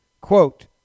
quote